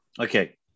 Okay